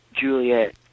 Juliet